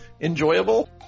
enjoyable